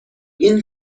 این